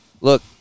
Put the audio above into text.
Look